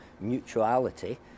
mutuality